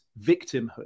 victimhood